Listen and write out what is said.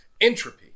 Entropy